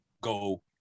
go